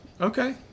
Okay